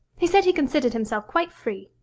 he said he considered himself quite free.